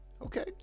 Okay